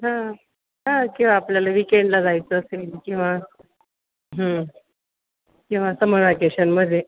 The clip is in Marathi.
हां हां किंवा आपल्याला वीकेंडला जायचं असेल किंवा हं किंवा समर व्हॅकेशनमध्ये